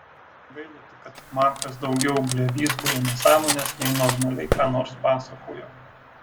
gaila tik kad markas daugiau blevyzgojo nesąmones nei normaliai ką nors pasakojo